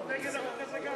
נגד החוק הזה גם.